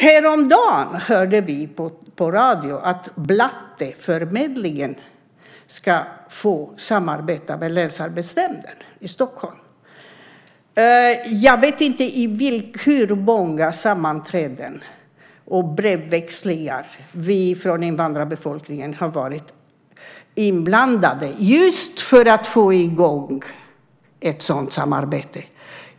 Häromdagen hörde vi på radio att Blatteförmedlingen ska få samarbeta med Länsarbetsnämnden i Stockholm. Jag vet inte hur många sammanträden och brevväxlingar vi från invandrarbefolkningen har varit inblandade i för att få i gång ett sådant samarbete.